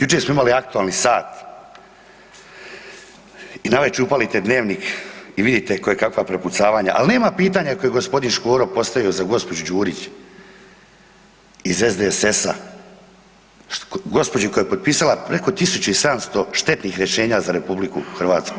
Jučer smo imali aktualni sat i navečer upalite dnevnik i vidite koje kakva prepucavanja, ali nema pitanja koje je gospodin Škoro postavio za gospođu Đurić iz SDSS-a, gospođu koja je potpisala 1700 štetnih rješenja za RH.